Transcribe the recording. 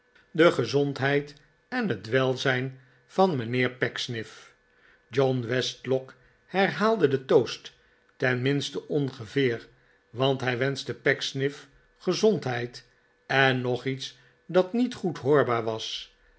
de gezondheid en het welzijn van mijnheer pecksniff john westlock herhaalde den toast tenminste ongeveer want hij wenschte pecksniff gezondheid en nog iets dat niet goed hoorbaar was